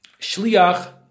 Shliach